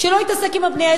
שלא יתעסק עם הבנייה.